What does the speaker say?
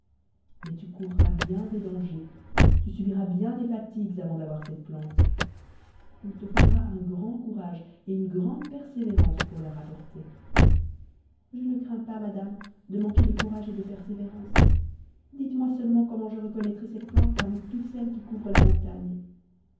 mais tu courras bien des dangers tu subiras bien des fatigues avant d'avoir cette plante il te faudra un grand courage et une grande persévérance pour la rapporter je ne crains pas madame de manquer de courage et de persévérance dites-moi seulement comment je reconnaîtrai cette plante parmi toutes celles qui couvrent la montagne